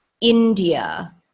India